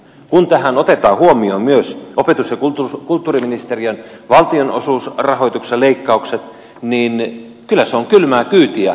kun tässä otetaan huomioon myös opetus ja kulttuuriministeriön valtionosuusrahoituksen leikkaukset niin kyllä se on kylmää kyytiä edustaja jääskeläinen